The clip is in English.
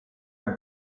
have